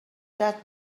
that